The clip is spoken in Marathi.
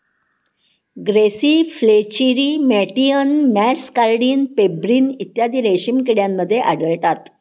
ग्रेसी फ्लेचेरी मॅटियन मॅसकार्डिन पेब्रिन इत्यादी रेशीम किड्यांमध्ये आढळतात